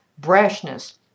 brashness